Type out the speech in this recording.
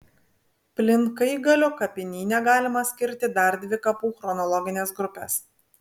plinkaigalio kapinyne galima skirti dar dvi kapų chronologines grupes